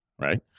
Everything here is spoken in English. right